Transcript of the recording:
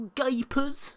gapers